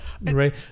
right